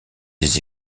des